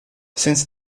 since